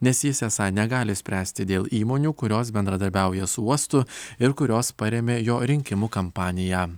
nes jis esą negali spręsti dėl įmonių kurios bendradarbiauja su uostu ir kurios parėmė jo rinkimų kampaniją